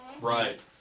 Right